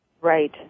Right